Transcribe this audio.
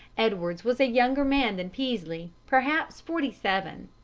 edwards was a younger man than peaslee, perhaps forty-seven.